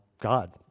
God